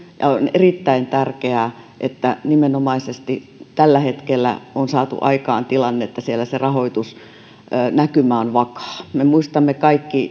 erittäin tärkeää että nimenomaisesti tällä hetkellä on saatu aikaan tilanne että siellä se rahoitusnäkymä on vakaa kaikki me muistamme